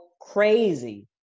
crazy